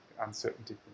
uncertainty